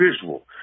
visual